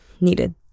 needed